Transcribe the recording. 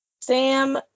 Sam